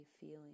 feeling